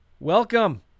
Welcome